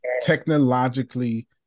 technologically